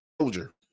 soldier